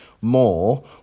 more